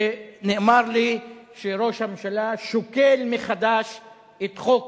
ונאמר לי שראש הממשלה שוקל מחדש את חוק